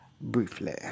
briefly